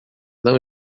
não